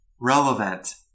relevant